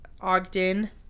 ogden